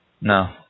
No